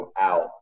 out